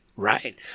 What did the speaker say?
Right